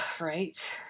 Right